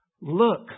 look